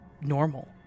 normal